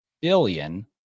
billion